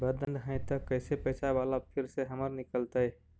बन्द हैं त कैसे पैसा बाला फिर से हमर निकलतय?